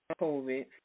COVID